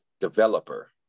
developer